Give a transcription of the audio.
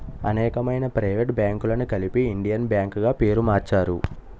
అనేకమైన ప్రైవేట్ బ్యాంకులను కలిపి ఇండియన్ బ్యాంక్ గా పేరు మార్చారు